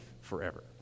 forever